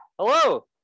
Hello